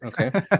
Okay